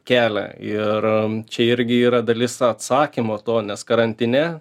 kelią ir čia irgi yra dalis atsakymo to nes karantine